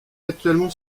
actuellement